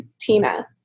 Tina